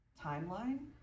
timeline